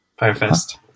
Firefest